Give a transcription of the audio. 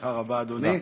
הצלחה רבה, אדוני.